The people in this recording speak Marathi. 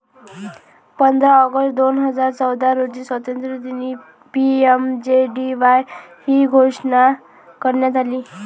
पंधरा ऑगस्ट दोन हजार चौदा रोजी स्वातंत्र्यदिनी पी.एम.जे.डी.वाय ची घोषणा करण्यात आली